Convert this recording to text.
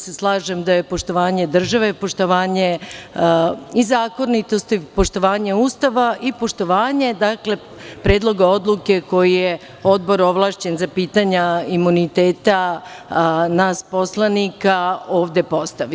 Slažem se da je poštovanje države, poštovanje i zakonitosti, poštovanje Ustava i poštovanje predloga odluke koji je odbor ovlašćen za pitanja imuniteta nas poslanika ovde postavio.